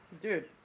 Dude